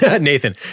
Nathan